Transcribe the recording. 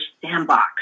sandbox